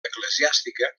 eclesiàstica